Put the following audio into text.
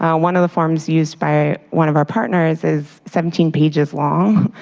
ah one of the forms used by one of our partners is seventeen pages long.